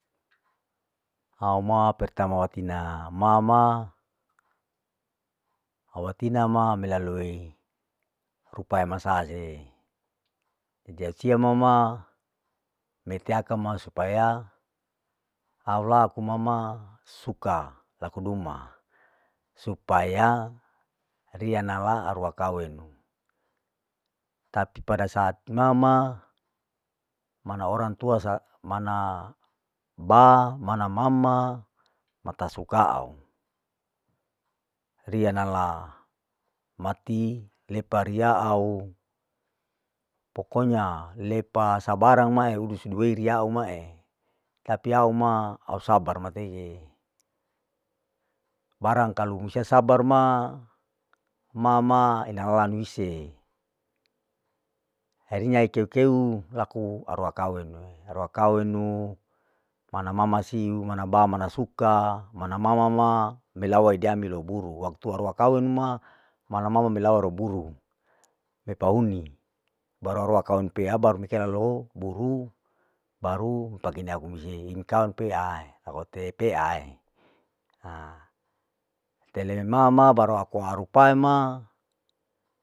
au ma pertama watina mama awatina ma melalui rupai masaasi, jasia mama metia kama supaya au laku mama suka, laku duma, supaya riya nala aruwa kawenu, tapi pada saat mama, mana orang tua sa, mana ba mana mama ma tasuka au, riaya nala mati lepa riya au, pokonya lepa sabarang mae hudusudu riau mae, etapi au ma au sabar mateie, barang kalu musia sabar ma mama enalamuise, herinya ikeu keu laku aruwa kawenue, aruwa kawenumana mama siu, mana ba mana suka, mana mama ma melawai diambil ruburu, kawenu ma mana mama melawai ruburu, pepauni baru arua kaweng pe abar mekei alalow, buru baru pake ine aku ini sai mi kaweng pe ai, au rete pe ai, ha tele mama baru aku haru pae ma.